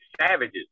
savages